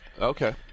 Okay